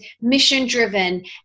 mission-driven